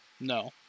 No